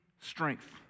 strength